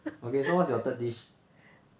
okay so what's your third dish